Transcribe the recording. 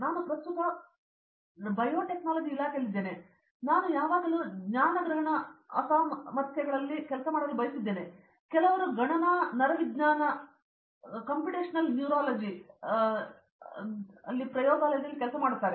ನಾನು ಪ್ರಸ್ತುತ ಬಯೋಟೆಕ್ನಾಲಜಿ ಇಲಾಖೆಯಲ್ಲಿದ್ದೇನೆ ನಾನು ಯಾವಾಗಲೂ ಜ್ಞಾನಗ್ರಹಣ ಅಸಾಮರ್ಥ್ಯಗಳಲ್ಲಿ ಕೆಲಸ ಮಾಡಲು ಬಯಸಿದ್ದೇನೆ ಕೆಲವರು ಗಣನಾ ನರವಿಜ್ಞಾನ ಪ್ರಯೋಗಾಲಯದಲ್ಲಿ ಕೆಲಸ ಮಾಡುತ್ತಾರೆ